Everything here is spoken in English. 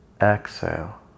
Exhale